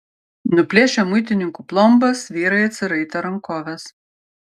nuplėšę muitininkų plombas vyrai atsiraitė rankoves